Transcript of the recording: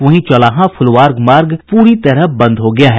वहीं चौलाहां फुलवार मार्ग पूरी तरह से बंद हो गया है